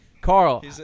Carl